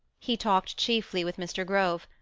he talked chiefly with mr. grove,